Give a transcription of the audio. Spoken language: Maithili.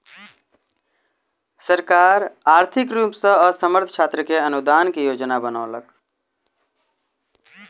सरकार आर्थिक रूप सॅ असमर्थ छात्र के अनुदान के योजना बनौलक